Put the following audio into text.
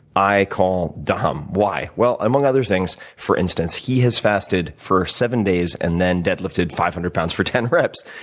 i call dom. why? well, among other things, for instance, he has fasted for seven days and then deadlifted five hundred pounds for ten reps.